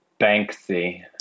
Banksy